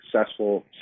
successful